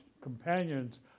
companions